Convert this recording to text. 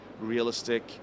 realistic